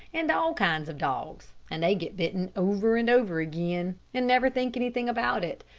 and all kinds of dogs, and they get bitten over and over again, and never think anything about it.